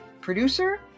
producer